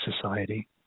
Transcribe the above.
society